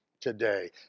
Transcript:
today